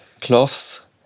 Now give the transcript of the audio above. cloths